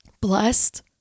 blessed